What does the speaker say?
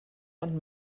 und